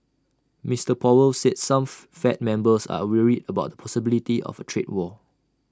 Mister powell said some fed members are worried about possibility of A trade war